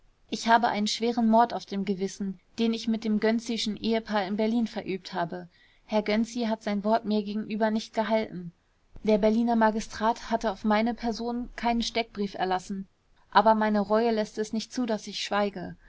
ich habe einen schweren mord auf dem gewissen den ich mit dem gönczischen ehepaar in berlin verübt habe herr gönczi hat sein wort mir gegenüber nicht gehalten der berliner magistrat hatte auf meine person keinen steckbrief erlassen aber meine reue läßt es nicht zu daß ich schweige